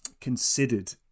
considered